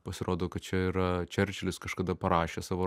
pasirodo kad čia yra čerčilis kažkada parašė savo